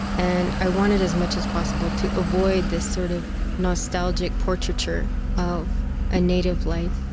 and i wanted as much as possible to avoid this sort of nostalgic portraiture of a native life,